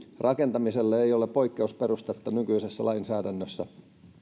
rakentamiselle ei ole poikkeusperustetta nykyisessä lainsäädännössä